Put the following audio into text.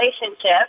relationship